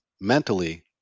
mentally